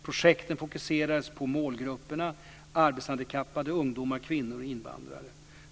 Projekten fokuserades på målgrupperna arbetshandikappade ungdomar, kvinnor och invandrare.